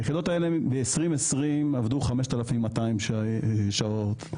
היחידות האלה ב-20202 עבדו 5,200 שעות,